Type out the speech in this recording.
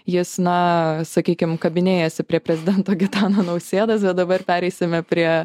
jis na sakykim kabinėjasi prie prezidento gitano nausėdos bet dabar pereisime prie